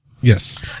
Yes